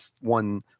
one